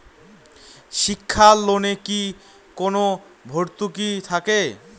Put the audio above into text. শিক্ষার লোনে কি কোনো ভরতুকি থাকে?